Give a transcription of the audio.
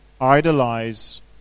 idolize